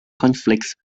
conflicts